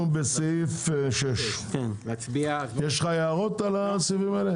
אנחנו בסעיף 6. יש לך הערות עליהם?